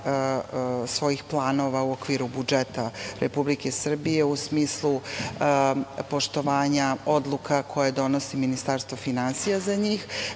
svojih planova, u okviru budžeta Republike Srbije u smislu poštovanja odluka koje donosi Ministarstvo finansija za njih,